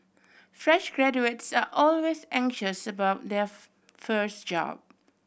fresh graduates are always anxious about their first job